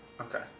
okay